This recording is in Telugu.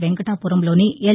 వెంకటాపురంలోని ఎల్